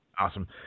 Awesome